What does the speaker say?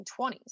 1920s